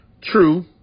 True